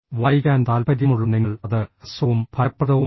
വായിക്കാൻ താൽപ്പര്യമുള്ള നിങ്ങൾ അത് ഹ്രസ്വവും ഫലപ്രദവുമാക്കണം